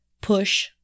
push